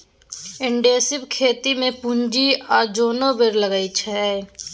intensive खेती मे पुंजी आ जोन बड़ लगै छै